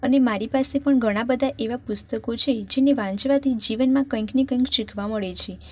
અને મારી પાસે પણ ઘણાં બધા એવાં પુસ્તકો છે જેને વાંચવાથી જીવનમાં કંઈક ને કંઈક શીખવા મળે છે